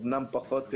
אמנם פחות נעים,